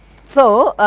so,